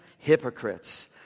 hypocrites